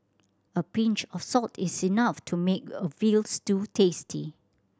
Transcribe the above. a pinch of salt is enough to make a veal stew tasty